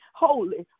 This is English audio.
holy